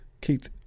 Keith